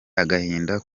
agahinda